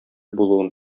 булуын